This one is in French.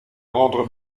rendre